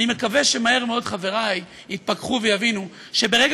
אני מקווה שמהר מאוד חברי יתפכחו ויבינו שברגע